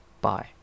bye